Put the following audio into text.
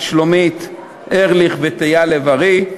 את שלומית ארליך ואת אייל לב-ארי.